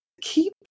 keep